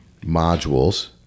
modules